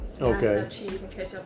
Okay